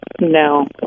No